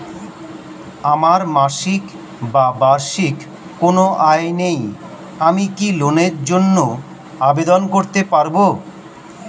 আমার মাসিক বা বার্ষিক কোন আয় নেই আমি কি লোনের জন্য আবেদন করতে পারব?